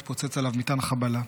התפוצץ עליו מטען חבלה.